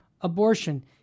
abortion